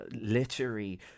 literary